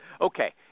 Okay